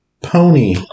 Pony